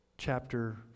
chapter